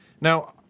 Now